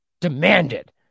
Demanded